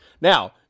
Now